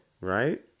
right